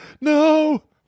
No